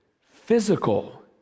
physical